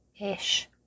ish